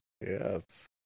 Yes